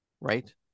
right